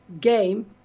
game